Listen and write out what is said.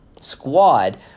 Squad